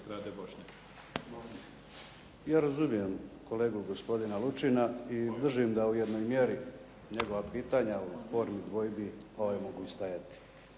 Ja razumijem kolegu gospodina Lučina i držim da u jednoj mjeri njegova pitanja u formi dvojbi mogu stajati.